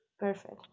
Perfect